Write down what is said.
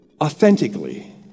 authentically